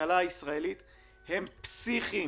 בכלכלה הישראלית הם פסיכיים.